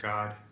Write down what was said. God